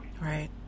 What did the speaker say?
Right